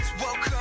welcome